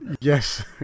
Yes